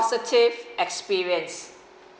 positive experience